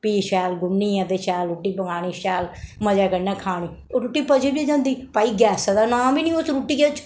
भी शैल गुन्नियै ते शैल रुट्टी बनानी ते शैल मजे कन्नै खानी रुट्टी पची बी जंदी भई गैसा दा नांऽ बी नेईं उस रुट्टी बिच